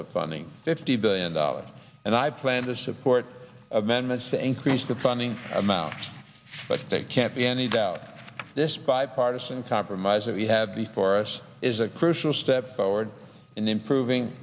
of funding fifty billion dollars and i plan to support amendments to increase the funding amount but they can't be any doubt this bipartisan compromise that we have before us is a cruise will step forward in improving